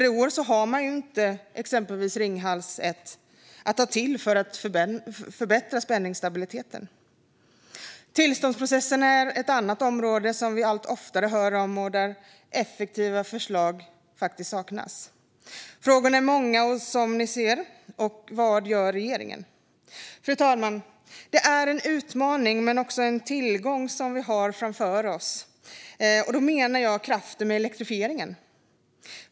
I år har man ju inte Ringhals 1 att ta till för att förbättra spänningsstabiliteten. Tillståndsprocesserna är ett annat område som vi allt oftare hör om och där effektiva förslag saknas. Som ni hör är frågorna är många. Men vad gör regeringen? Fru talman! Vi har en utmaning men också en tillgång framför oss, och med det syftar jag på kraften med elektrifiering.